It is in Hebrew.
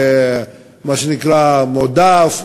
מה שנקרא "מועדף".